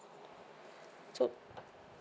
so